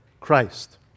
Christ